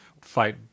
fight